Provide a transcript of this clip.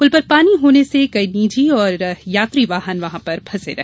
पुल पर पानी होने से कई निजी और यात्री वाहन फंसे रहे